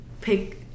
pick